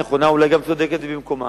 נכונה,